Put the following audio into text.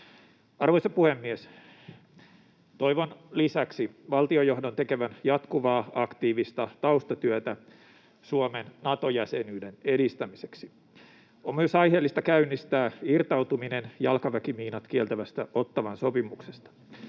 Arvoisa puhemies! Toivon lisäksi valtiojohdon tekevän jatkuvaa aktiivista taustatyötä Suomen Nato-jäsenyyden edistämiseksi. On myös aiheellista käynnistää irtautuminen jalkaväkimiinat kieltävästä Ottawan sopimuksesta.